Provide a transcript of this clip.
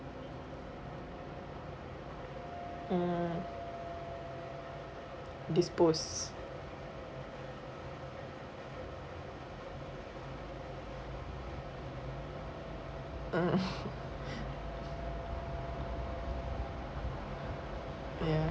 mm dispose uh ya